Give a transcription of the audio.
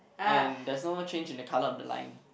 and there's no change in the colour of the line